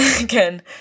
Again